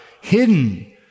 hidden